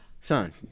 Son